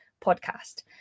podcast